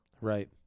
right